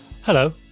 Hello